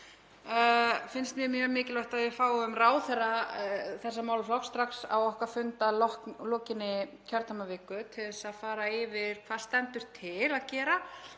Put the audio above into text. finnst mjög mikilvægt að við fáum ráðherra þessa málaflokks strax á okkar fund að lokinni kjördæmaviku til að fara yfir hvað stendur til að gera